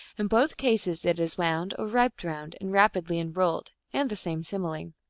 in both cases it is wound or wrapped around and rapidly unrolled, and the same simile.